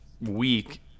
week